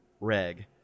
reg